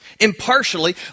impartially